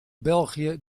belgië